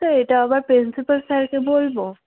তো এটা আবার প্রিন্সিপ্যাল স্যারকে বলবো